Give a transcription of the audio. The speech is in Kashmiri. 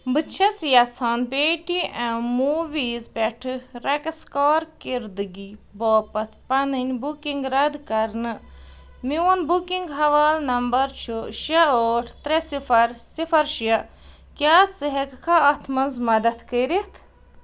بہٕ چھَس یژھان پے ٹی اٮ۪م موٗویٖز پٮ۪ٹھٕ رَقص کارکِردگی باپتھ پنٕنۍ بُکِنٛگ رَد کرنہٕ میون بُکِنٛگ حوالہٕ نمبر چھُ شےٚ ٲٹھ ترٛےٚ صِفر صِفر شےٚ کیٛاہ ژٕ ہٮ۪کہٕ کھا اَتھ منٛز مدتھ کٔرتھ